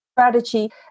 Strategy